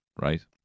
right